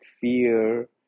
fear